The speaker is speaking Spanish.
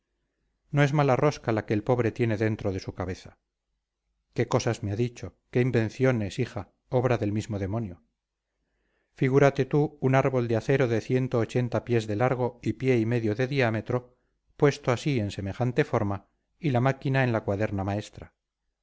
no es mala rosca la que el pobre tiene dentro de su cabeza qué cosas me ha dicho qué invenciones hija obra del mismo demonio figúrate tú un árbol de acero de ciento ochenta pies de largo y pie y medio de diámetro puesto así en semejante forma y la máquina en la cuaderna maestra